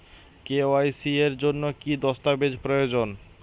KYC এর জন্যে কি কি দস্তাবেজ প্রয়োজন?